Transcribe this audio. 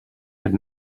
had